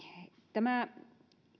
tämä